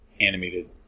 animated